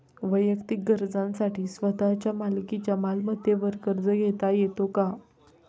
वैयक्तिक गरजांसाठी स्वतःच्या मालकीच्या मालमत्तेवर कर्ज घेता येतो का?